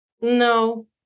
No